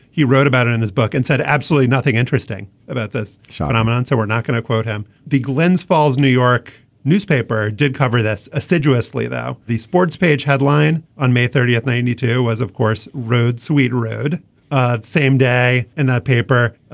he wrote about it in his book and said absolutely nothing interesting about this short um and amount so we're not going to quote him the glens falls new york newspaper did cover this assiduously though the sports page headline on may thirtieth ninety two was of course rhodes sweet road the ah same day in that paper.